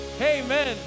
Amen